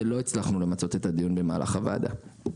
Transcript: ולא הצלחנו למצות את הדיון במהלך הוועדה.